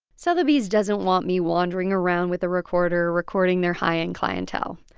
sotheby's doesn't want me wandering around with a recorder recording their high-end clientele.